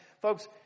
folks